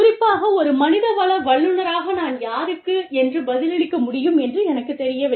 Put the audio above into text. குறிப்பாக ஒரு மனிதவள வல்லுநராக நான் யாருக்கு என்று பதிலளிக்க முடியும் என்று எனக்குத் தெரியவில்லை